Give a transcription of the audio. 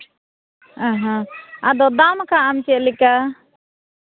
ᱚ ᱦᱚᱸ ᱟᱫᱚ ᱫᱟᱢ ᱠᱟᱜ ᱟᱢ ᱪᱮᱫ ᱞᱮᱠᱟ